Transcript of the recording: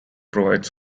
provides